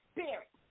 Spirit